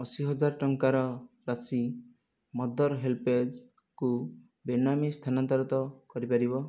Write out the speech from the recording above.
ଅଶି ହଜାର ଟଙ୍କାର ରାଶି ମଦର ହେଲ୍ପେଜ୍କୁ ବେନାମୀ ସ୍ଥାନାନ୍ତରିତ କରିପାରିବ